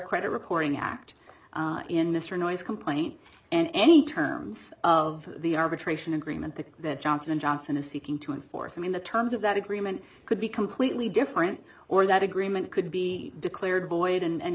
credit reporting act in mr noise complaint and any terms of the arbitration agreement that johnson and johnson is seeking to enforce i mean the terms of that agreement could be completely different or that agreement could be declared void and